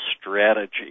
strategy